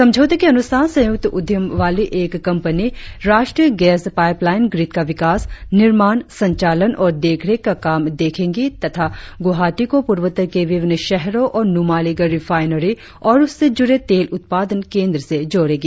समझौते के अनुसार संयुक्त उद्यम वाली एक कंपनी राष्ट्रीय गैस पाइप लाइन ग्रिड का विकास निर्माण संचालन और देखरेख का काम देखेंगी तथा गुवाहाटी को पूर्वोत्तर के विभिन्न शहरों और नुमालीगढ़ रिफाइनरी और उससे जुड़े तेल उत्पादन केंद्र से जोड़ेगी